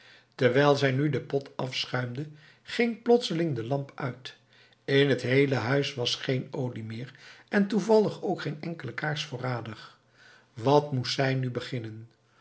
terwijl zij nu den pot afschuimde ging plotseling de lamp uit in t heele huis was geen olie meer en toevallig ook geen enkele kaars voorradig wat moest zij nu beginnen